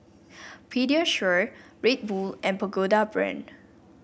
Pediasure Red Bull and Pagoda Brand